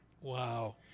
Wow